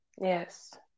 Yes